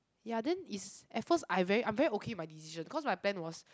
ya then is at first I very I'm very okay my decision cause my plan was